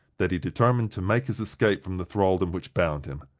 that he determined to make his escape from the thraldom which bound him.